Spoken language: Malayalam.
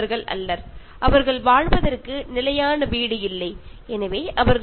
ഒരു പ്രത്യേക സ്ഥലമോ ഒരു പ്രത്യേക വീടോ ഒന്നുമില്ലാതെ ആൾക്കാർ ആണവർ